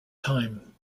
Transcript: time